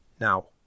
Now